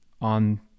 on